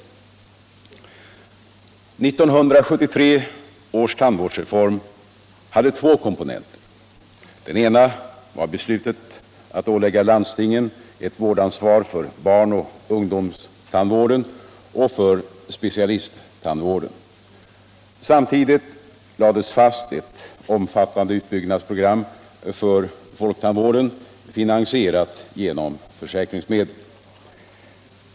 1973 års tandvårdsreform hade två komponenter. Den ena var beslutet att ålägga landstingen ett vårdansvar för barnoch ungdomstandvården och för specialisttandvården. Samtidigt lades fast ett omfattande utbyggnadsprogram för folktandvården, finansierat genom försäkringsmedel.